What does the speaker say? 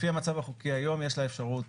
לפי המצב החוקי היום יש לה אפשרות